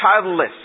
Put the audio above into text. ...childless